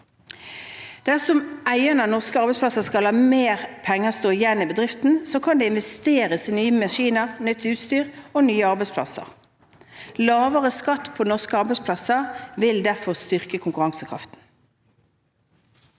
Dersom eierne av norske arbeidsplasser kan la mer pen ger stå igjen i bedriften, kan det investeres i nye maskiner, nytt utstyr og nye arbeidsplasser. Lavere skatt på norske arbeidsplasser vil derfor styrke konkurransekraften.